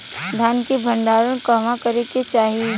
धान के भण्डारण कहवा करे के चाही?